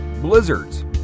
blizzards